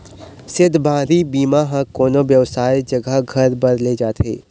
सेधमारी बीमा ह कोनो बेवसाय जघा घर बर ले जाथे